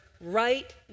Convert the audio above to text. right